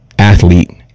Athlete